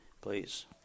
please